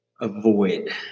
avoid